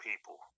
people